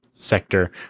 sector